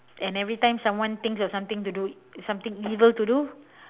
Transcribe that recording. and everytime someone thinks of something to do something evil to do